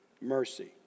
mercy